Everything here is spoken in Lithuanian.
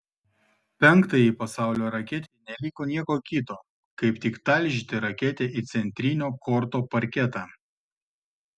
penktajai pasaulio raketei neliko nieko kito kaip tik talžyti raketę į centrinio korto parketą